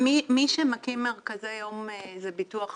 מי שמקים מרכזי יום זה ביטוח לאומי,